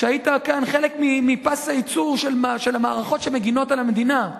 כשהיית חלק מפס היצור של המערכות שמגינות על המדינה.